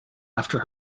after